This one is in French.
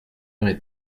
heure